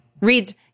Reads